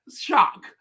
shock